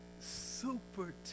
super